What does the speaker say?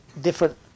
different